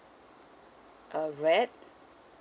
uh red